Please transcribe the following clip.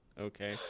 Okay